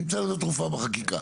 נמצא לזה תרופה בחקיקה.